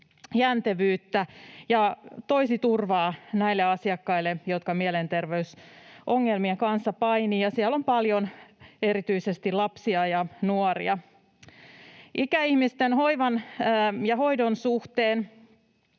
jäntevyyttä ja turvaa näille asiakkaille, jotka mielenterveysongelmien kanssa painivat. Siellä on paljon erityisesti lapsia ja nuoria. Ikäihmisten hoivan ja hoidon suhteen